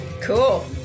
Cool